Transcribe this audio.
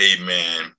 Amen